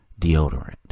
deodorant